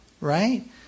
right